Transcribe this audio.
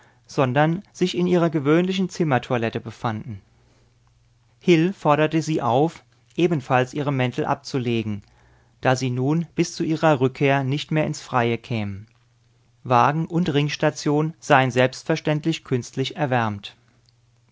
sondern sich in ihrer gewöhnlichen zimmertoilette befanden hil forderte sie auf ebenfalls ihre mäntel abzulegen da sie nun bis zu ihrer rückkehr nicht mehr ins freie kämen wagen und ringstation seien selbstverständlich künstlich erwärmt